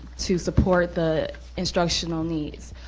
to support the instructional needs.